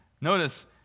Notice